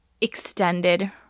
extended